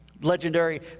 Legendary